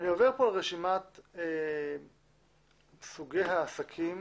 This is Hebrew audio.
על רשימת סוגי העסקים